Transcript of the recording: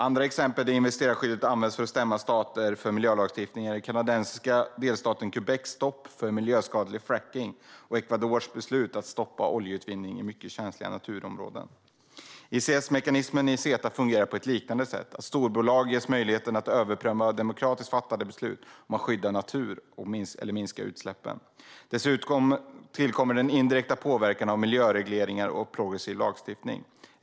Andra exempel där investerarskyddet använts för att stämma stater för miljölagstiftning är den kanadensiska delstaten Quebecs stopp för miljöskadlig frackning och Ecuadors beslut att stoppa oljeutvinning i mycket känsliga naturområden. ICS-mekanismen i CETA fungerar på liknande sätt, att storbolag ges möjligheten att överpröva demokratiskt fattade beslut om att skydda natur eller minska utsläppen. Dessutom tillkommer den indirekta påverkan av miljöregleringar och progressiv lagstiftning.